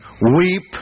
Weep